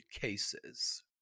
cases